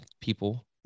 people